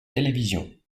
télévision